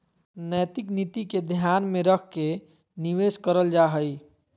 नैतिक नीति के ध्यान में रख के निवेश करल जा हइ